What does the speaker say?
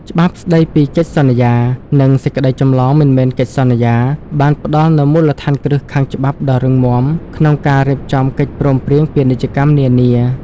ច្បាប់ស្ដីពីកិច្ចសន្យា និងសេចក្តីចម្លងមិនមែនកិច្ចសន្យា បានផ្ដល់នូវមូលដ្ឋានគ្រឹះខាងច្បាប់ដ៏រឹងមាំក្នុងការរៀបចំកិច្ចព្រមព្រៀងពាណិជ្ជកម្មនានា។